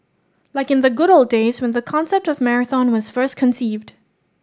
like in the good old days when the concept of marathon was first conceived